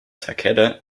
takeda